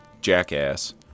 jackass